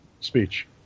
speech